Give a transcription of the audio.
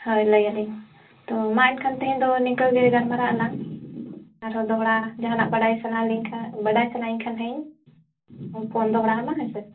ᱦᱳᱭ ᱞᱟᱹᱭᱟᱞᱤᱧ ᱛᱚ ᱢᱟ ᱮᱱᱠᱷᱟᱱ ᱛᱮᱦᱮᱧ ᱫᱚ ᱱᱤᱝᱠᱟᱹ ᱜᱮ ᱜᱟᱞᱢᱟᱨᱟᱜ ᱟᱞᱟᱝ ᱟᱨᱦᱚᱸ ᱫᱚᱲᱦᱟ ᱡᱟᱦᱟᱱᱟᱜ ᱵᱟᱰᱟᱭ ᱥᱟᱱᱟᱞᱤᱧ ᱠᱷᱟᱱ ᱵᱟᱰᱟᱭ ᱥᱟᱱᱟᱭᱤᱧ ᱠᱷᱟᱱ ᱱᱟᱦᱟᱜ ᱤᱧ ᱯᱷᱳᱱ ᱫᱚᱲᱦᱟ ᱟᱢᱟ ᱦᱮᱸᱥᱮ